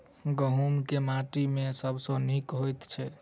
गहूम केँ माटि मे सबसँ नीक होइत छै?